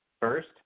First